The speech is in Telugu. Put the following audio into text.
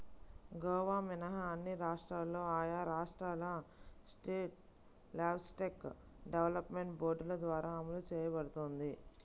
గోవా మినహా అన్ని రాష్ట్రాల్లో ఆయా రాష్ట్రాల స్టేట్ లైవ్స్టాక్ డెవలప్మెంట్ బోర్డుల ద్వారా అమలు చేయబడుతోంది